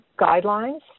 guidelines